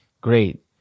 great